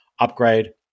upgrade